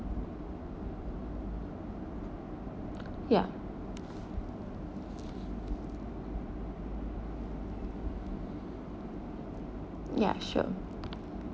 ya ya sure